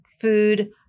food